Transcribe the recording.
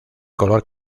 color